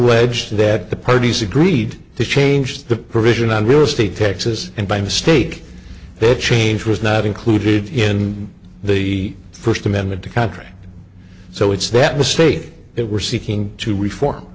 eged that the parties agreed to change the provision on real estate taxes and by mistake that change was not included in the first amendment to country so it's that mistake that we're seeking to reform